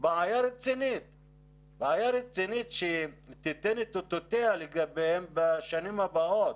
זו בעיה רצינית שתיתן את אותותיה עליהם בשנים הבאות.